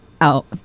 out